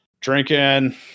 Drinking